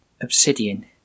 Obsidian